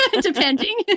depending